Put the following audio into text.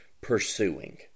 pursuing